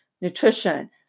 Nutrition